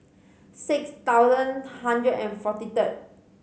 six thousand hundred and forty third